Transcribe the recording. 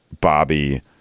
bobby